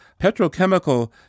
petrochemical